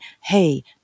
hey